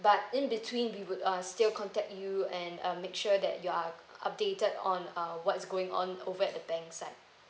but in between we would uh still contact you and uh make sure that you're updated on uh what's going on over at bank's side